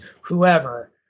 whoever